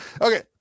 Okay